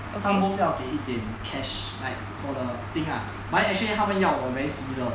他们 both 要给一点 cash like for the thing lah but actually 他们要的 very similar